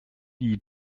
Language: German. die